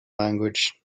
language